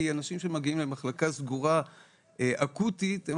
כי האנשים שמגיעים למחלקה סגורה אקוטית הם